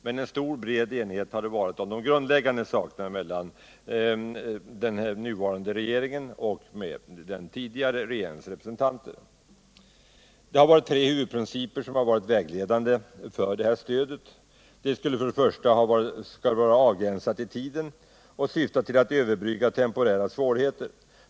Det har rått stor och bred enighet mellan den nuvarande och den tidigare regeringens representanter om de grundläggande frågorna. Tre huvudprinciper har varit vägledande för varvsstödet. För det första skall det vara avgränsat i tiden och syfta till att överbrygga temporära svårigheter.